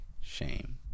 Shame